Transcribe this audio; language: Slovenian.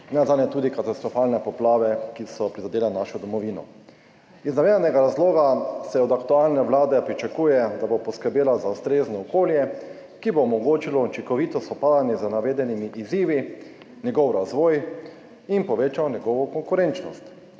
nenazadnje tudi katastrofalne poplave, ki so prizadele našo domovino. Iz navedenega razloga se od aktualne vlade pričakuje, da bo poskrbela za ustrezno okolje, ki bo omogočilo učinkovito spopadanje z navedenimi izzivi, njegov razvoj in povečal njegovo konkurenčnost.